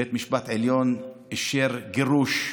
בית המשפט העליון אישר גירוש,